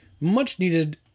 much-needed